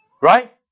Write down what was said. Right